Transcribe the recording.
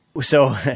So-